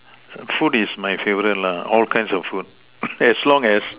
food is my favorite lah all kinds of food as long as